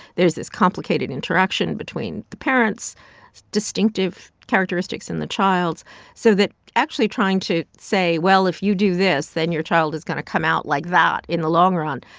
there's this complicated interaction between the parents' distinctive characteristics and the child's so that actually trying to say, well, if you do this, then your child is going to come out like that in the long run,